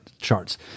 charts